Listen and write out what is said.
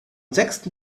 sechsten